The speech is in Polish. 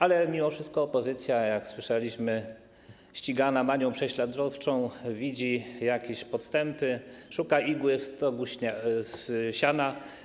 Ale mimo wszystko opozycja, jak słyszeliśmy, opętana manią prześladowczą widzi jakieś podstępy, szuka igły w stogu siana.